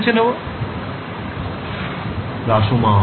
ছাত্র ছাত্রীঃ হ্রাসমান